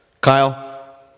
kyle